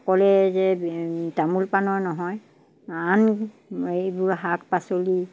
সকলোৱে যে তামোল পাণৰ নহয় আন এইবোৰ শাক পাচলি